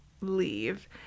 leave